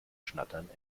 schnattern